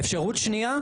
אפשרות שנייה,